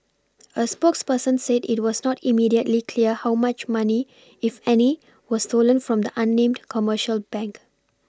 a spokesperson said it was not immediately clear how much money if any was stolen from the unnamed commercial bank